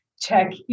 check